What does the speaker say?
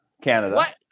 Canada